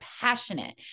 passionate